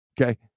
okay